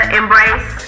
embrace